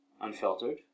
unfiltered